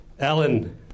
Alan